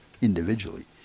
individually